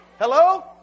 Hello